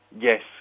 Yes